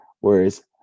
whereas